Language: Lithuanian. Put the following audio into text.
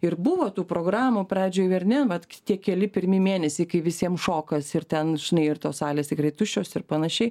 ir buvo tų programų pradžioj ar ne vat tie keli pirmi mėnesiai kai visiem šokas ir ten žinai ir tos salės tikrai tuščios ir panašiai